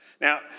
Now